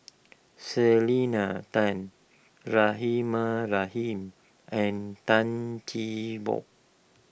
Selena Tan Rahimah Rahim and Tan Cheng Bock